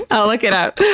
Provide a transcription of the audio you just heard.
i'll look it up.